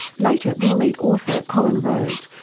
later we'll meet author colin rhodes,